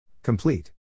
Complete